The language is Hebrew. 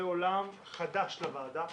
זה עולם חדש לוועדה.